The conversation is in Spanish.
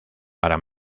para